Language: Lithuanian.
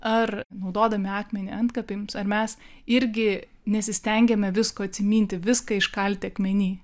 ar naudodami akmenį antkapį ar mes irgi nesistengiame visko atsiminti viską iškalti akmeny